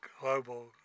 global